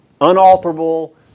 unalterable